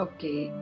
Okay